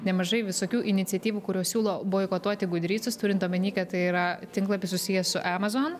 nemažai visokių iniciatyvų kurios siūlo boikotuoti gudrydsus turint omeny kad tai yra tinklapis susijęs su amazon